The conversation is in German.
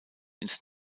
ins